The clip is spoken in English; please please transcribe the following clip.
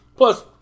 Plus